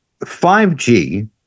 5G